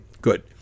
Good